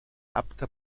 apte